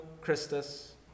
Christus